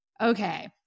Okay